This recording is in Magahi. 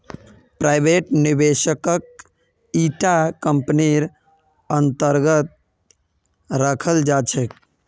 प्राइवेट निवेशकक इटा कम्पनीर अन्तर्गत रखाल जा छेक